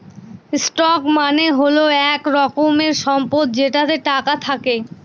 stock মানে হল এক রকমের সম্পদ যেটাতে টাকা থাকে